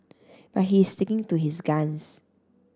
but he is sticking to his guns